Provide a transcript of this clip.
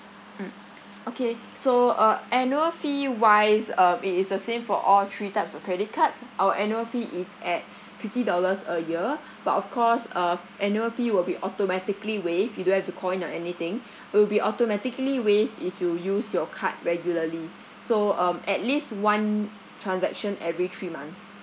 mm okay so uh annual fee wise um it is the same for all three types of credit cards our annual fee is at fifty dollars a year but of course uh annual fee will be automatically waived you don't have to call in or anything will be automatically waived if you use your card regularly so um at least one transaction every three months